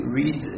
read